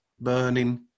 burning